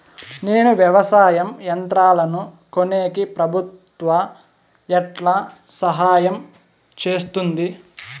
నేను వ్యవసాయం యంత్రాలను కొనేకి ప్రభుత్వ ఎట్లా సహాయం చేస్తుంది?